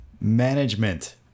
management